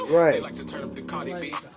right